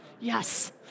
Yes